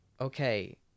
Okay